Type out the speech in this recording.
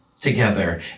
together